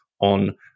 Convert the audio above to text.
on